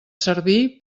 servir